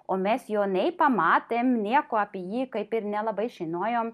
o mes jo nei pamatėm nieko apie jį kaip ir nelabai žinojom